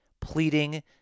pleading